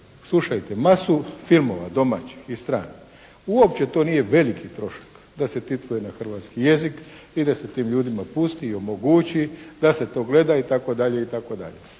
slušajte, masu filmova domaćih i stranih. Uopće to nije veliki trošak da se titluje na hrvatski jezik i da se tim ljudima pusti i omogući da se to gleda, itd., itd.